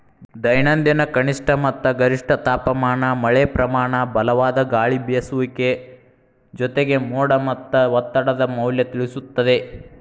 ದೈನಂದಿನ ಕನಿಷ್ಠ ಮತ್ತ ಗರಿಷ್ಠ ತಾಪಮಾನ ಮಳೆಪ್ರಮಾನ ಬಲವಾದ ಗಾಳಿಬೇಸುವಿಕೆ ಜೊತೆಗೆ ಮೋಡ ಮತ್ತ ಒತ್ತಡದ ಮೌಲ್ಯ ತಿಳಿಸುತ್ತದೆ